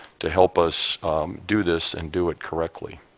to help us do this and do it correctly.